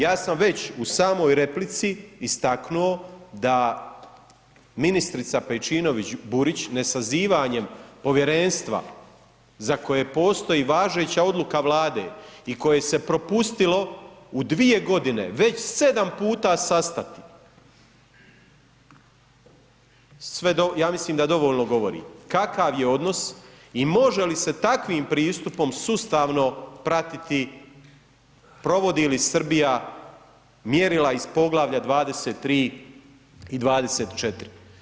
Ja sam već u samoj replici istaknuo da ministrica Pejčinović-Burić nesazivanjem povjerenstva za koje postoji važeća odluka Vlade i koje se propustilo u dvije godine već 7 puta sastati, ja mislim da dovoljno govori kakav je odnos i može li se takvim pristupom sustavno pratiti provodi li Srbija mjerila iz Poglavlja 23. i 24.